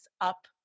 up